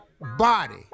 body